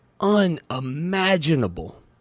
unimaginable